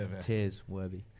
tears-worthy